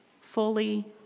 fully